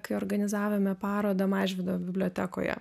kai organizavome parodą mažvydo bibliotekoje